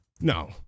No